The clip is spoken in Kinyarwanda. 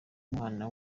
umwana